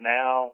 now